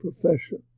profession